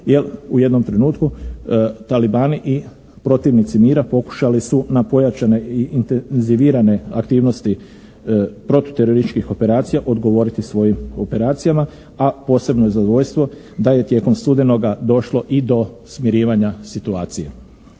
Jer u jednom trenutku Talibani i protivnici mira pokušali su na pojačane i intenzivirane aktivnosti protuterorističkih operacija odgovoriti svojim operacijama, a posebno je zadovoljstvo da je tijekom studenoga došlo i do smirivanja situacije.